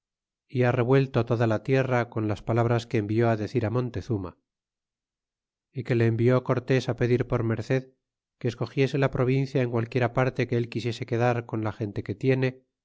é ha revuelto toda la tierra con las palabras que envió decir á montezuma é que le envió cortés á pedir por merced que escogiese la provincia en qualquiera parte que el quisiese quedar con la gente que tiene